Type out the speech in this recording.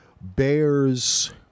bears